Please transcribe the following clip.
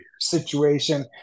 situation